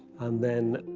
and then,